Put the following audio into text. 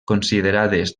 considerades